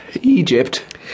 Egypt